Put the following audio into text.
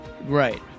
Right